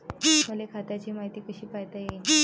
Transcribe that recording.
मले खात्याची मायती कशी पायता येईन?